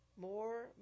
more